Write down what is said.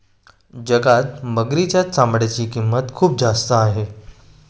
जगात मगरीच्या चामड्याची किंमत खूप जास्त आहे